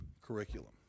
curriculum